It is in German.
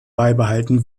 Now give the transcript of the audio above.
beibehalten